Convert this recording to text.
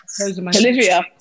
Olivia